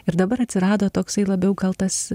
ir dabar atsirado toksai labiau gal tas